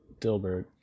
Dilbert